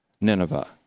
Nineveh